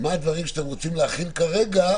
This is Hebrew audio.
מה הדברים שאתם רוצים להחיל כרגע,